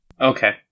Okay